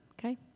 okay